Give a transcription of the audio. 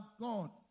God